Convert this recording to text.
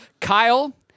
Kyle